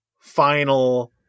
final